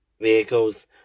vehicles